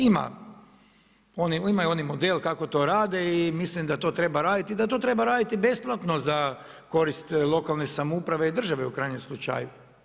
Imaju oni model kako to rade i mislim da to treba raditi i da to treba raditi besplatno za korist lokalne samouprave i države u krajnjem slučaju.